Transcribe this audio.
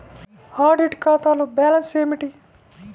Audit ఖాతాలో balance ఏమిటీ?